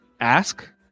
ask